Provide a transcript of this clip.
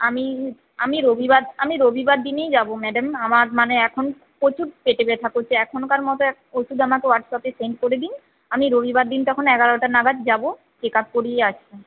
আমি আমি রবিবার আমি রবিবার দিনই যাব ম্যাডাম আমার মানে এখন প্রচুর পেটে ব্যাথা করছে এখনকার মতো একটা ওষুধ আমাকে হোয়াটসঅ্যাপে সেন্ড করে দিন আমি রবিবার দিন তখন এগারোটা নাগাদ যাবো চেক আপ করিয়ে আসব